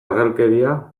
ergelkeria